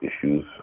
issues